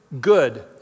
good